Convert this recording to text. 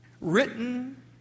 written